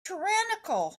tyrannical